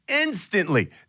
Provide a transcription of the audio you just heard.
instantly